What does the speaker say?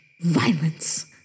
Violence